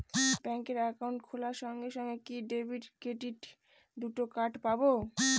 Bank account খোলার সঙ্গে সঙ্গে কি ডেবিট ক্রেডিট দুটো কার্ড পাবো?